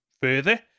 further